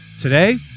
Today